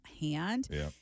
hand